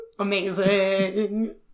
Amazing